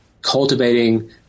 cultivating